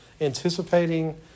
anticipating